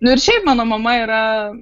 nu ir šiaip mano mama yra